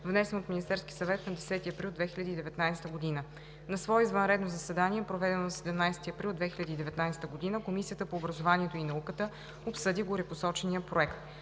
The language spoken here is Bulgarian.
внесен от Министерския съвет на 10 април 2019 г. На свое извънредно заседание, проведено на 17 април 2019 г., Комисията по образованието и науката обсъди горепосочения проект.